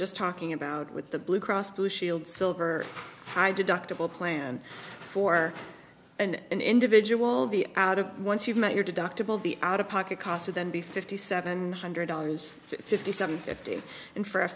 just talking about with the blue cross blue shield silver high deductible plan for an individual the out of once you've met your deductible the out of pocket costs then be fifty seven hundred dollars fifty seven fifty and for a